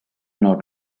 not